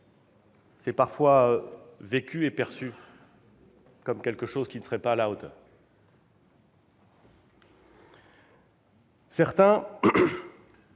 c'est parfois vécu et perçu comme quelque chose qui ne serait pas à la hauteur. Certains